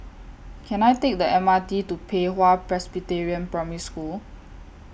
Can I Take The M R T to Pei Hwa Presbyterian Primary School